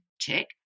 tick